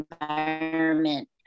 environment